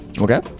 Okay